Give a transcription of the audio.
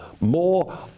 more